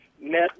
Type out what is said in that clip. met